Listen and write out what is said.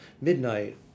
Midnight